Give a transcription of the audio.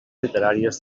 literàries